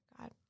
God